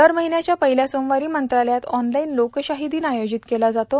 दर महिन्याच्या पहिल्या सोमवारी मंत्रालयात ऑनलाईन लोकशाही दिन आयोजित केला जातो